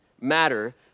matter